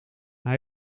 hij